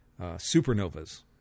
supernovas